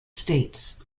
states